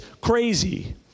crazy